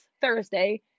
Thursday